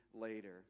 later